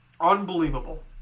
Unbelievable